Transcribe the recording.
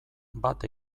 bat